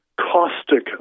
caustic